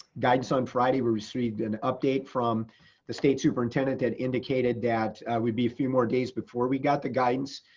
guidance on friday. we received an update from the state superintendent that indicated that we'd be a few more days before we got the guidance,